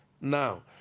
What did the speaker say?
Now